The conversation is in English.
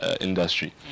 industry